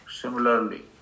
Similarly